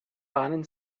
bahnen